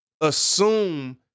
assume